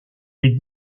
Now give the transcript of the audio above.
est